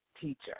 teacher